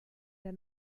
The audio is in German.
der